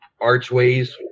Archways